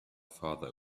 farther